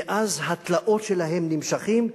מאז, התלאות שלהם נמשכות.